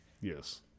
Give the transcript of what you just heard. Yes